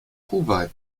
kuwait